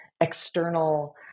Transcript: external